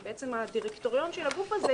שהיא בעצם בדירקטוריון של הגוף הזה,